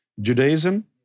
Judaism